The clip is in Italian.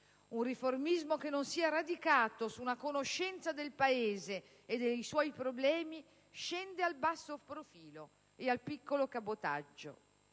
Un riformismo che non sia radicato su una conoscenza del Paese e dei suoi problemi scende al basso profilo e al piccolo cabotaggio».